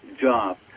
job